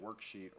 worksheet